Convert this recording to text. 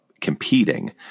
competing